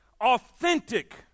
Authentic